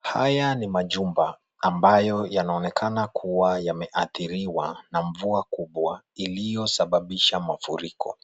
Haya ni majumba ambayo yanaonekana kua yameathiriwa na mvua kubwa iliyosababisha mafuriko,